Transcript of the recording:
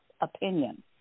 opinion